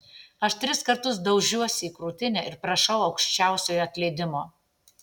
aš tris kartus daužiuosi į krūtinę ir prašau aukščiausiojo atleidimo